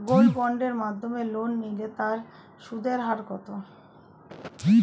Gold বন্ডের মাধ্যমে loan নিলে তার সুদের হার কত?